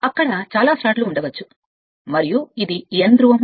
అక్కడ చాలా జాబితాలు ఉండవచ్చు మరియు ఇది N ధ్రువం